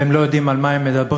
והם לא יודעים על מה הם מדברים,